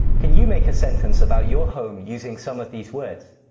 can you make a sentence about your home using some of these words?